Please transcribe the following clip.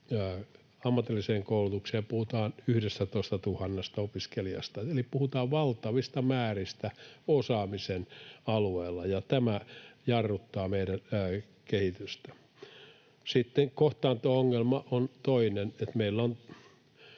ammatilliseen koulutukseen puhutaan 11 000 opiskelijasta, eli puhutaan valtavista määristä osaamisen alueella. Tämä jarruttaa meidän kehitystä. Sitten kohtaanto-ongelma on toinen.